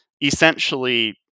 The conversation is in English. essentially